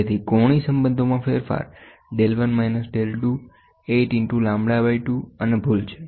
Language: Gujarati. તેથી કોણીય સંબંધોમાં ફેરફાર del 1 minus del 2 8 into lambda by 2 અને ભૂલ છે